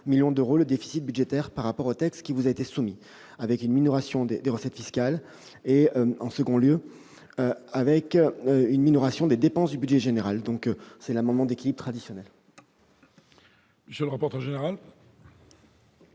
Monsieur le rapporteur général,